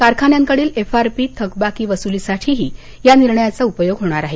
कारखान्यांकडील F R P थकबाकी वसुलीसाठीही या निर्णयाचा उपयोग होणार आहे